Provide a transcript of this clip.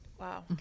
Wow